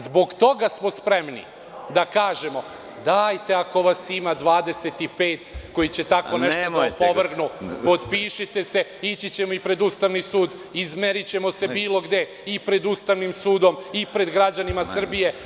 Zbog toga smo spremni da kažemo – dajte ako vas ima 25 koji će tako nešto da opovrgnu, potpišite se i ići ćemo i pred Ustavni sud i izmerićemo se bilo gde i pred Ustavnim sudom i pred građanima Srbije.